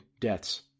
deaths